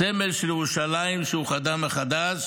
הסמל של ירושלים שאוחדה מחדש